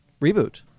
reboot